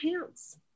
pants